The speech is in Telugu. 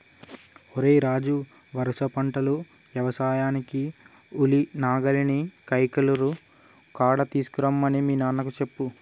ఓరై రాజు వరుస పంటలు యవసాయానికి ఉలి నాగలిని కైకలూరు కాడ తీసుకురమ్మని మీ నాన్నకు చెప్పు